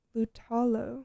Lutalo